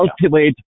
Cultivate